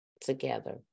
together